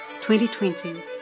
2020